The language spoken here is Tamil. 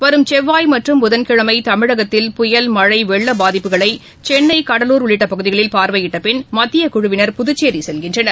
வரும் செவ்வாய் மற்றும் புதன்கிழமைதமிழகத்தில் புயல் மழைவெள்ளபாதிப்புகளைசென்னை கடலூர் உள்ளிட்டபகுதிகளில் பார்வையிட்டப்பின் மத்தியக்குழுவினர் புதுச்சேரிசெல்கின்றனர்